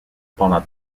pendant